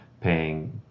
paying